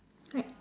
right